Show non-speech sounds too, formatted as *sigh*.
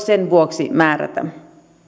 *unintelligible* sen vuoksi määrätä